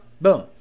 boom